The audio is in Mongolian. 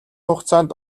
хугацаанд